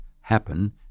happen